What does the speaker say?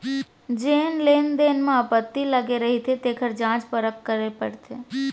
जेन लेन देन म आपत्ति लगे रहिथे तेखर जांच परख करे ल परथे